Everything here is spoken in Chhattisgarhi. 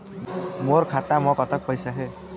मोर खाता म कतक पैसा हे?